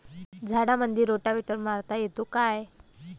झाडामंदी रोटावेटर मारता येतो काय?